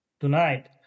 tonight